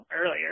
earlier